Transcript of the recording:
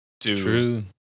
True